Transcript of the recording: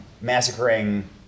massacring